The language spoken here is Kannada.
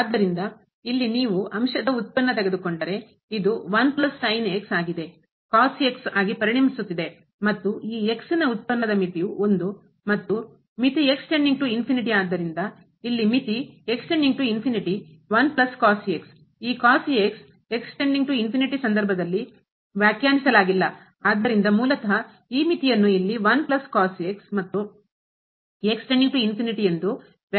ಆದ್ದರಿಂದ ಇಲ್ಲಿ ನೀವು ಅಂಶದ ಉತ್ಪನ್ನ ತೆಗೆದುಕೊಂಡರೆ ಇದು ಆಗಿದೆ ಆಗಿ ಪರಿಣಮಿಸುತ್ತದೆ ಮತ್ತು ಈ x ನ ಉತ್ಪನ್ನದ ಮಿತಿಯು ಮತ್ತು ಮಿತಿ ಆದ್ದರಿಂದ ಇಲ್ಲಿ ಮಿತಿ ಈ ಸಂದರ್ಭದಲ್ಲಿ ವ್ಯಾಖ್ಯಾನಿಸಲಾಗಿಲ್ಲ ಆದ್ದರಿಂದ ಮೂಲತಃ ಈ ಮಿತಿಯನ್ನು ಇಲ್ಲಿ ಮತ್ತು ಎಂದು ವ್ಯಾಖ್ಯಾನಿಸಲಾಗಿಲ್ಲ